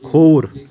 کھووُر